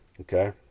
okay